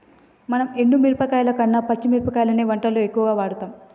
మనం ఎండు మిరపకాయల కన్న పచ్చి మిరపకాయలనే వంటల్లో ఎక్కువుగా వాడుతాం